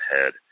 ahead